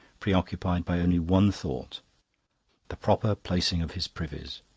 preoccupied by only one thought the proper placing of his privies.